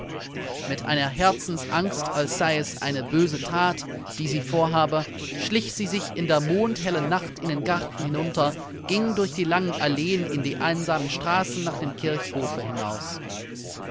mit einer herzensangst als sei es eine böse that die sie vorhabe schlich sie sich in der mondhellen nacht in den garten hinunter ging durch die langen alleen in die einsamen straßen nach dem kirchhofe hinaus